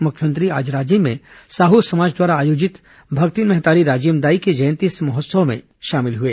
मुख्यमंत्री आज राजिम में साहू समाज द्वारा आयोजित भक्तिन महतारी राजिम दाई के जयंती महोत्सव में शामिल हुए